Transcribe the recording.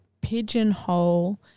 pigeonhole